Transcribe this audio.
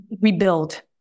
rebuild